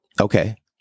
Okay